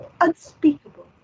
unspeakable